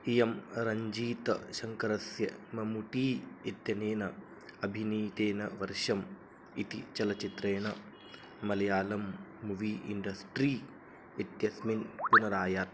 इयं रञ्जीतशङ्करस्य ममुटी इत्यनेन अभिनेतेन वर्षम् इति चलचित्रेण मलयालं मुवी इण्डस्ट्री इत्यस्मिन् पुनरायात्